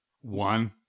One